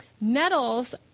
metals